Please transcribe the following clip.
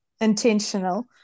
intentional